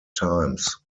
times